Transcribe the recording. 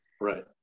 right